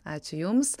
ačiū jums